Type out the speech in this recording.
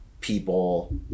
people